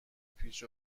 پیچ